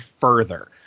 further